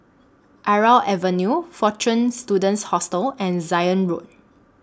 Irau Avenue Fortune Students Hostel and Zion Road